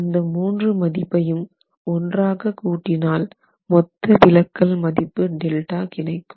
அந்த 3 மதிப்பையும் ஒன்றாக கூட்டினால் மொத்த விலக்கல் மதிப்பு Δ கிடைக்கும்